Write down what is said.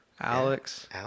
Alex